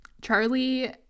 charlie